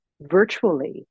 virtually